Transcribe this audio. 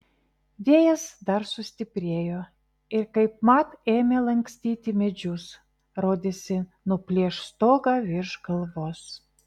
vėjas dar sustiprėjo ir kaipmat ėmė lankstyti medžius rodėsi nuplėš stogą virš galvos